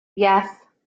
yes